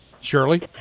Shirley